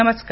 नमस्कार